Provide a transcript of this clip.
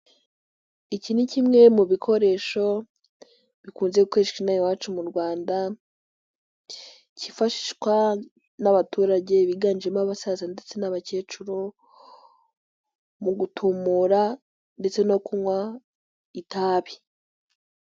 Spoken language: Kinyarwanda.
Iki ni kimwe mu bikoresho bikunze gukoreshwa ino aha iwacu mu Rwanda kifashishwa n'abaturage biganjemo abasaza ndetse n'abakecuru mu gutumura ndetse no kunywa itabi.